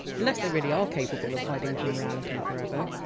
unless they really are capable of hiding from reality forever.